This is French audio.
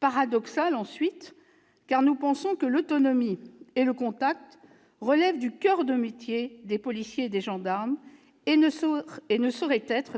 paradoxale, car nous pensons que l'autonomie et le contact relèvent du coeur de métier des policiers et des gendarmes, et ne sauraient être